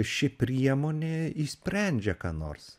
ši priemonė išsprendžia ką nors